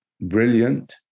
brilliant